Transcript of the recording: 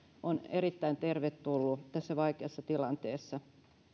on erittäin tervetullut tässä vaikeassa tilanteessa